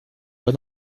voix